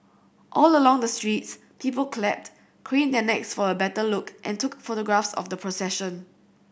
all along the streets people clapped craned their necks for a better look and took photographs of the procession